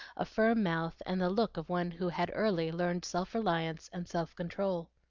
a firm mouth, and the look of one who had early learned self-reliance and self-control.